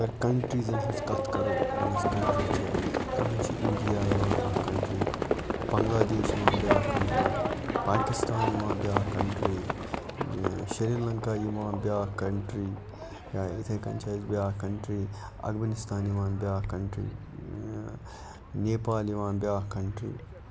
اگر کَنٹریٖزَن ہٕنٛز کتھ کرو یِم اسہِ کنٛٹریز چھِ تَتھ مَنٛز چھِ اِنڈیا یِوان اکھ کَنٹری بَنٛگلادیش یِوان بیاکھ کَنٹری پاکِستان یِوان بیاکھ کَنٹری شریلَنکا یِوان بیاکھ کَنٹری یِتھے کنۍ چھِ اَسہِ بیاکھ کَنٹری اَفغٲنِستان یِوان بیاکھ کَنٹری نیپال یِوان بیاکھ کَنٹری